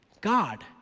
God